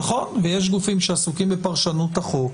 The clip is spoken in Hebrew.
נכון, ויש גופים שעסוקים בפרשנות החוק,